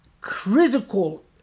critical